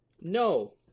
No